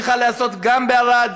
צריך לעשות גם בערד,